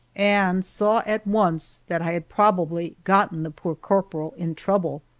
and saw at once that i had probably gotten the poor corporal in trouble.